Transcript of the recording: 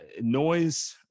noise